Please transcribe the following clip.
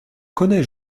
connais